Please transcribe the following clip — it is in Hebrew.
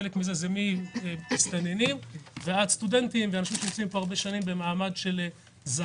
חלק מזה זה מסתננים ועד סטודנטים שנמצאים פה הרבה שנים במעמד של זרים.